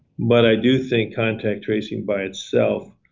but i do think contract tracing by itself,